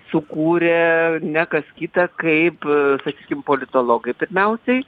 sukūrė ne kas kita kaip sakykim politologai pirmiausiai